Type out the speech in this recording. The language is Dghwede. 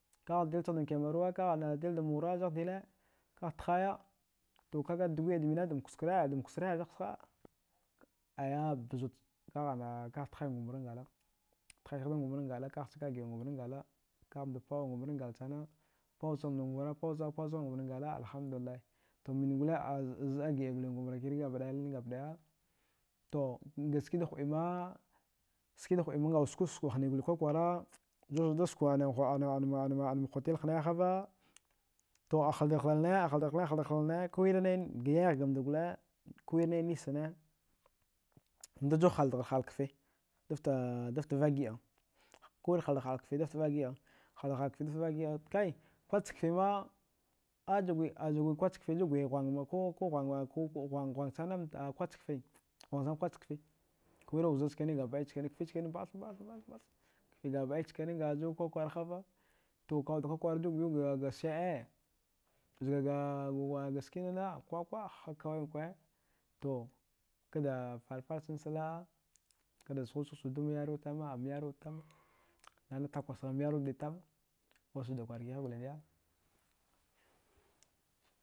Kagh dilchaghdan kemerowa kagh ana dilchagh dan mura zangh dila kagh thaiya to kaga dggwi. a dmine dan kusure zagh thaya aya bzut kagh ana kagh tghin gomran ngala tghichagh dan gomran ngala, kaghcha ka gi. an gombran ngala kamda pawn gombrangal sana pawchamdan gombran ngala, pawchaghe pawchaghan gombran ngala alhamdulillai to mmengule a zɗa gidan gombra kirkire gabtada to skida huɗima skida huɗima ngawod skwadskwa hniguli kwakwara daskwa anan hotel hne hava to ahaldgharhalane ahaldgharhalane ahaldgharhalane kuwirinain gayaya ghamda dule kuwira nai nischane mdaju haldagharhal kfe dafta vakgi. a, kuwir haldagharhal kfi dafta vakgi. a, kai kwatchkfima ajugwi ajgwi kwatchkfi jugwi ghuwan. ma kuu ghwansana a kwatch kfe ghuwansana kwatch kfe kuwir uza chkane gabɗai chkaninkwe kfe yasa mbath-mbath mbath-mbath gabɗai chkine nga ju kwakwara hava to kawad kwakwara daguyu gwalga she. e zgaga kwalga skinana kwakwa hankwa to kada faraffar chnach la. a kada sughusagchud adamm yarwatama am yarwa tama amyarwa wad tama nana takasgham yarwa waddi tama makchuda kwarkiha goli ndiya